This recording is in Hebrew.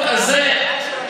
ההצעה של הממשלה?